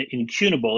Incunable